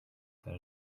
that